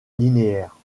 linéaire